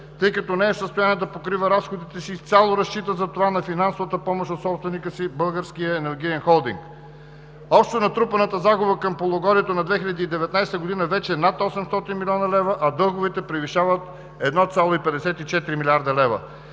тъй като не е в състояние да покрива разходите си и изцяло разчита за това на финансовата помощ от собственика си – Българския енергиен холдинг. Общо натрупаната загуба към полугодието на 2019 г. вече е над 800 млн. лв., а дълговете превишават 1,54 млрд. лв.